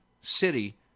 city